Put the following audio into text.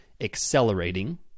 accelerating